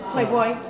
Playboy